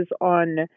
on